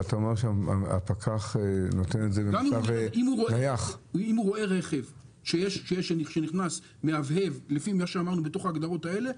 אבל אתה אומר שהפקח נותן --- אם הוא רואה רכב מהבהב לפי ההגדרות האלה,